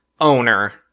owner